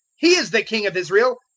he is the king of israel!